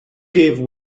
gave